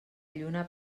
lluna